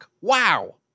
Wow